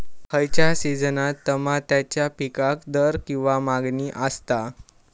खयच्या सिजनात तमात्याच्या पीकाक दर किंवा मागणी आसता?